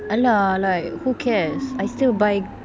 !alah! like who cares I still buy